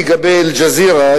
לגבי "אל-ג'זירה",